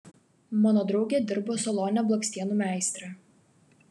mano draugė dirbo salone blakstienų meistre